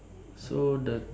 so the